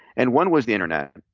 and one was the internet.